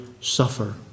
suffer